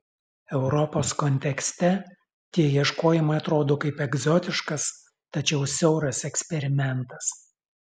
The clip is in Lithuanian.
europos kontekste tie ieškojimai atrodo kaip egzotiškas tačiau siauras eksperimentas